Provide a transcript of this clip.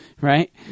right